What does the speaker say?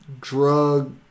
drug